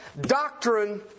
doctrine